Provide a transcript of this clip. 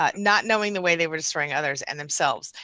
not not knowing the way they were destroying others and themselves.